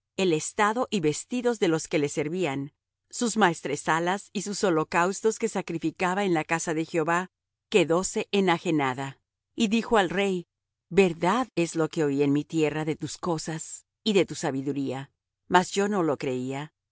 el estado y vestidos de los que le servían sus maestresalas y sus holocaustos que sacrificaba en la casa de jehová quedóse enajenada y dijo al rey verdad es lo que oí en mi tierra de tus cosas y de tu sabiduría mas yo no lo creía